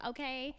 Okay